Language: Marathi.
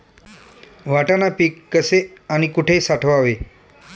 वाटाणा पीक कसे आणि कुठे साठवावे?